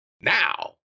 Now